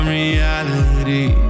reality